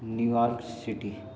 New York City